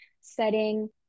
setting